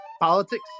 politics